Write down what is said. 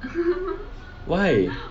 why